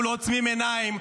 אנחנו לא עוצמים עיניים.